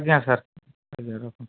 ଆଜ୍ଞା ସାର୍ ଆଜ୍ଞା ରଖନ୍ତୁ